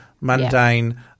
mundane